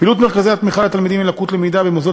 פעילות מרכזי התמיכה לתלמידים עם לקות למידה במוסדות